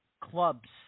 clubs